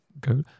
go